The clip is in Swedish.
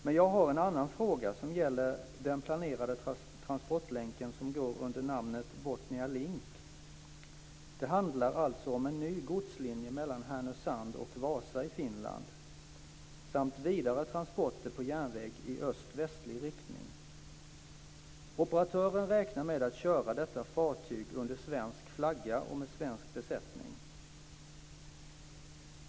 Men jag har en annan fråga som gäller den planerade transportlänk som går under namnet Botnialink. Det handlar alltså om en ny godslinje mellan Härnösand och Vasa i Finland samt om vidare transporter på järnväg i öst-västlig riktning. Operatören räknar med att köra detta fartyg under svensk flagga och med svensk besättning.